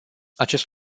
acest